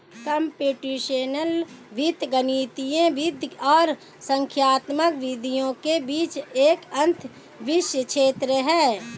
computational वित्त गणितीय वित्त और संख्यात्मक विधियों के बीच एक अंतःविषय क्षेत्र है